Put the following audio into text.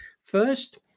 First